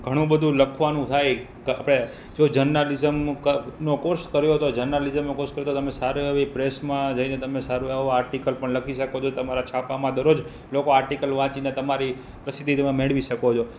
ઘણું બધુ લખવાનું થાય આપણે જો જર્નાલિઝમનો કોર્સ કર્યો તો જર્નાલિઝમનો કોર્ષ કર્યો તો તમે સારી એવી પ્રેસમાં જઈને તમે સારું એવો આર્ટિકલ પણ લખી શકો છો તમારા છાપામાં દરરોજ લોકો આર્ટિકલ વાંચીને તમારી પ્રસિદ્ધિ તમે મેળવી શકો છો